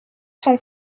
sont